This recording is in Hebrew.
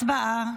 הצבעה.